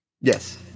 yes